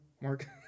Mark